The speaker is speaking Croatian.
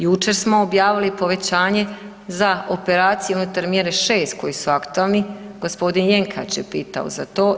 Jučer smo objavili povećanje za operaciju unutar mjere 6 koji su aktualni, gospodin Jenkač je pitao za to.